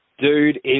Dude